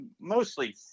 Mostly